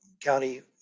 county